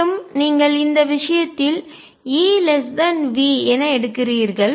மேலும் நீங்கள் இந்த விஷயத்தில் E V என எடுக்கிறீர்கள்